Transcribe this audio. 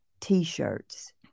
t-shirts